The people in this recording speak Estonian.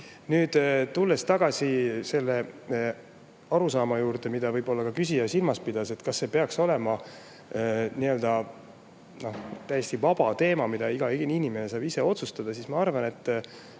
Nüüd tulen tagasi arusaama juurde, mida võib-olla ka küsija silmas pidas, et kas see peaks olema täiesti vaba teema, mida iga inimene saab ise otsustada. Ma arvan, et